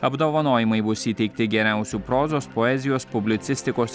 apdovanojimai bus įteikti geriausių prozos poezijos publicistikos